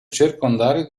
circondario